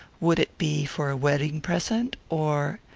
would it be for a wedding-present, or?